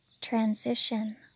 transition